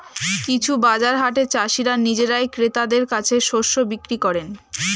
কিছু বাজার হাটে চাষীরা নিজেরাই ক্রেতাদের কাছে শস্য বিক্রি করেন